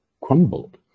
crumbled